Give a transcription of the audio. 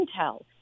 intel